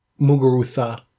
Muguruza